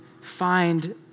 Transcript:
find